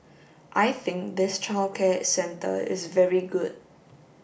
I think this childcare centre is very good